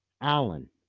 Allen